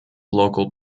local